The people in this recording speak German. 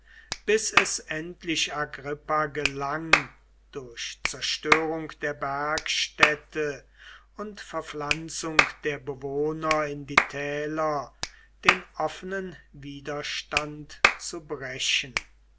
bis es endlich agrippa gelang durch zerstörung der bergstädte und verpflanzung der bewohner in die täler den offenen widerstand zu brechen